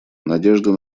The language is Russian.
надежды